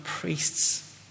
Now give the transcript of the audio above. priests